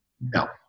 No